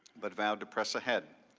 but vowed to press ahead.